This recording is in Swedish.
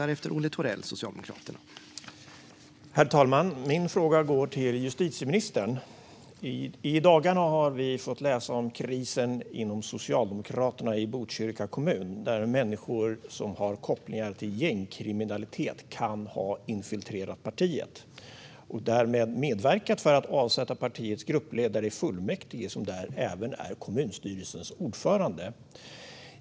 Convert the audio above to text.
Herr talman! Min fråga går till justitieministern. I dagarna har vi fått läsa om krisen inom Socialdemokraterna i Botkyrka kommun, där människor som har kopplingar till gängkriminalitet kan ha infiltrerat partiet och därmed medverkat till att avsätta partiets gruppledare i fullmäktige, som där även är kommunstyrelsens ordförande.